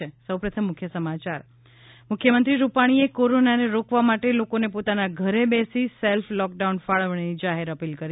ઃ મુખ્યમંત્રી રૂપાણીએ કોરોનાને રોકવા માટે લોકોને પોતાના ઘરે બેસી સેલ્ફ લોકડાઉન ફાળવણીની જાહેર અપીલ કરી